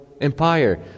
Empire